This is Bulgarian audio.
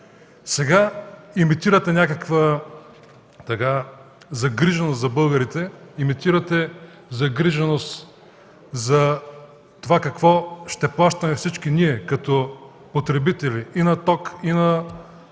Сега имитирате някаква загриженост за българите. Имитирате загриженост за това какво ще плащаме всички ние като потребители и на ток, и на